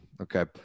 Okay